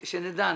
שנדע.